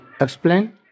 explain